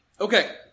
Okay